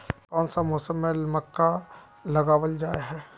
कोन सा मौसम में मक्का लगावल जाय है?